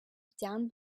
down